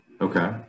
Okay